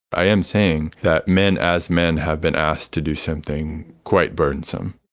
i am saying that men as men have been asked to do something quite burdensome.